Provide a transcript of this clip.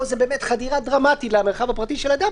זה באמת חדירה דרמטית למרחב הפרטי של אדם,